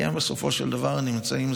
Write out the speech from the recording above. כי הם בסופו של דבר נמצאים,